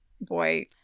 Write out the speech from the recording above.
boy